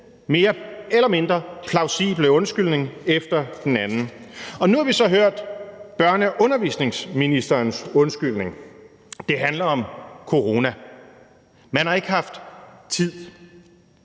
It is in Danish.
mere eller mindre plausible undskyldning efter den anden. Og nu har vi så hørt børne- og undervisningsministerens undskyldning. Det handler om corona. Man har ikke haft tid.